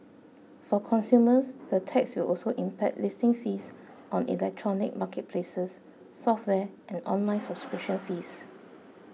for consumers the tax will also impact listing fees on electronic marketplaces software and online subscription fees